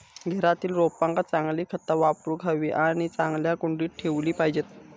घरातील रोपांका चांगली खता वापरूक हवी आणि चांगल्या कुंडीत ठेवली पाहिजेत